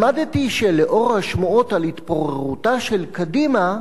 למדתי שלאור השמועות על התפוררותה של קדימה,